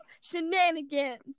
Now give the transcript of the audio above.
shenanigans